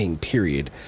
Period